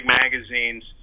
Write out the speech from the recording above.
magazines